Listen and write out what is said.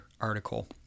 article